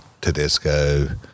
Tedesco